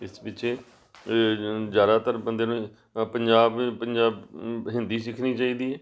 ਇਸ ਪਿੱਛੇ ਜ਼ਿਆਦਾਤਰ ਬੰਦੇ ਨੂੰ ਪੰਜਾਬ ਹਿੰਦੀ ਸਿੱਖਣੀ ਚਾਹੀਦੀ ਹੈ